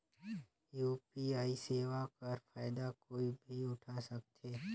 UPI सेवा कर फायदा कोई भी उठा सकथे?